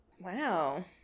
Wow